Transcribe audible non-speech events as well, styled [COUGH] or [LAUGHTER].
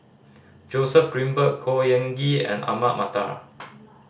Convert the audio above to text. Joseph Grimberg Khor Ean Ghee and Ahmad Mattar [NOISE]